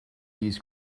used